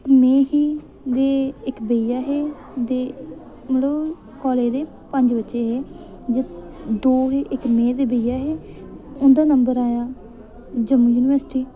में ही ते इक बेइया हे ते मतलब हून कालेज दे पंज बच्चे हे दो हे इक में ते बेइया हे उं'दा नम्बर आया जम्मू युनिवर्सिट्री